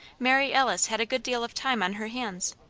mary alice had a good deal of time on her hands.